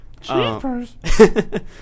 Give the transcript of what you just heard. Cheapers